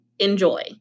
Enjoy